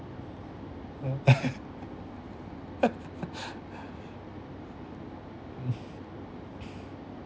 mm